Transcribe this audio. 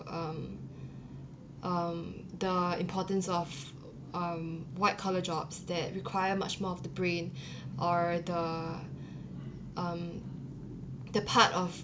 um um the importance of um white collar jobs that require much more of the brain or the um the part of